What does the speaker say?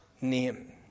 name